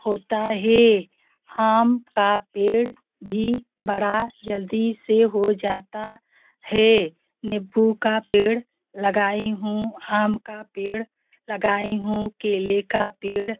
होता है हम का पेड़ भी बड़ा जल्दी से हो जाता है नीबू का पेड़ लगाई हूँ आम का पेड़ लगाई हूँ केले का पेड़